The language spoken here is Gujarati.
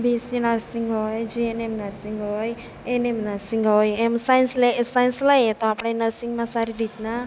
વીસી નર્સિંગ હોય જીએનએમ નર્સિંગ હોય એનએમ નર્સિંગ હોય એમ સાયન્સ લઈ તો આપણે નર્સિંગમાં સારી રીતના